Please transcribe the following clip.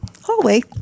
hallway